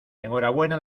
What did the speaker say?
enhorabuena